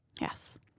Yes